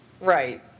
Right